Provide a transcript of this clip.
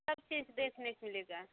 सब चीज़ देखने को मिलेगा